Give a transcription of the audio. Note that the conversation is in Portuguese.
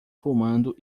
fumando